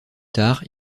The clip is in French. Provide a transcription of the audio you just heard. tard